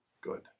good